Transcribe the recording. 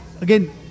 again